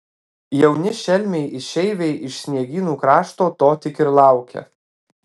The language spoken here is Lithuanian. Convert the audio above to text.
jauni šelmiai išeiviai iš sniegynų krašto to tik ir laukia